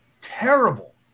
terrible